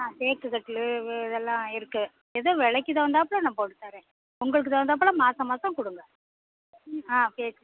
ஆ தேக்குக் கட்டிலு இதெல்லாம் இருக்குது ஏதோ விலைக்கி தவுந்தாப்பில் நாான் போட்டு தரேன் உங்களுக்கு தவுந்தாப்பில் மாசம் மாசம் கொடுங்க ம் ஆ கேக்